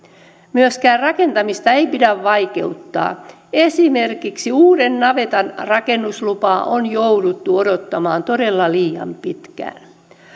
myöskään rakentamista ei pidä vaikeuttaa esimerkiksi uuden navetan rakennuslupaa on jouduttu odottamaan todella liian pitkään